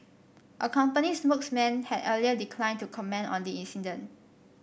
a company spokesman had earlier declined to comment on the incident